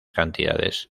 cantidades